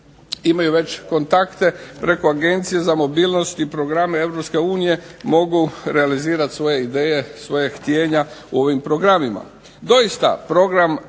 imaju već kontakte preko Agencije za mobilnost i programe Europske unije mogu realizirat svoje ideje, svoja htijenja u ovim programima.